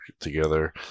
together